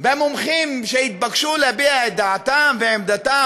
והמומחים שהתבקשו להביע את דעתם ועמדתם